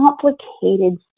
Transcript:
complicated